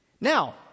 Now